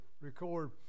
record